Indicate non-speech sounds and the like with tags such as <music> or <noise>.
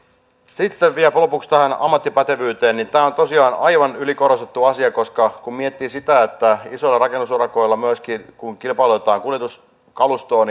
sitten vielä lopuksi tähän ammattipätevyyteen tämä on tosiaan aivan ylikorostettu asia koska kun miettii sitä että kun isoilla rakennusurakoilla myöskin kilpailutetaan kuljetuskalustoa <unintelligible>